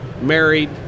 married